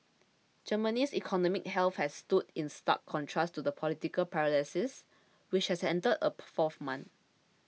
Germany's economic health has stood in stark contrast to the political paralysis which has entered a fourth month